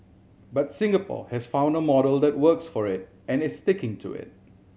but Singapore has found a model that works for it and is sticking to it